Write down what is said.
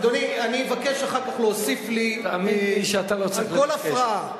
אדוני, אני אבקש אחר כך להוסיף לי על כל הפרעה.